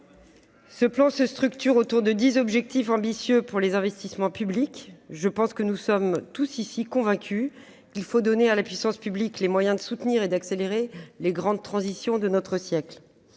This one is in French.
Ce plan se structure autour de dix objectifs ambitieux pour les investissements publics. Je pense que nous sommes tous convaincus ici qu'il faut donner à la puissance publique les moyens de soutenir et d'accélérer les grandes transitions du siècle.